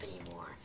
anymore